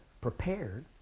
prepared